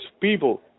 people